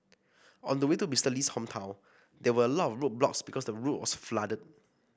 on the way to Mister Lee's hometown there were a lot of roadblocks because the road was flooded